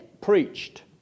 preached